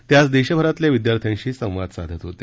ते आज देशभरातल्या विद्यार्थ्यांशी संवाद साधत होते